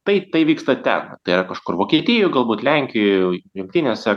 tai tai vyksta ten tai yra kažkur vokietijoj galbūt lenkijoj jungtinėse